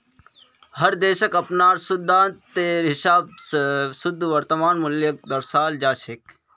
हर देशक अपनार सिद्धान्तेर हिसाब स शुद्ध वर्तमान मूल्यक दर्शाल जा छेक